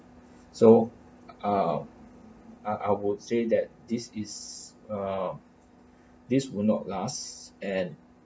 so uh I I would say that this is a this will not last and